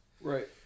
Right